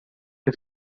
che